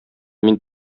мин